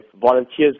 volunteers